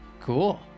Cool